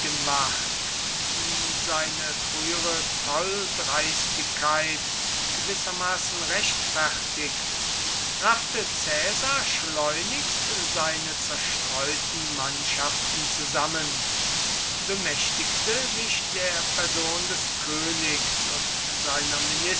die seine frühere tolldreistigkeit gewissermaßen rechtfertigt raffte caesar schleunigst seine zerstreuten mannschaften zusammen bemächtigte sich der person des königs und seiner